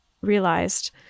realized